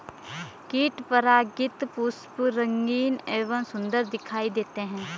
कीट परागित पुष्प रंगीन एवं सुन्दर दिखाई देते हैं